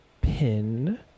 pin